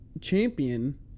champion